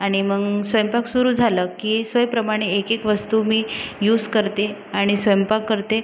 आणि मग स्वयंपाक सुरू झालं की सोयीप्रमाणे एकएक वस्तू मी यूज करते आणि स्वयंपाक करते